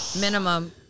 Minimum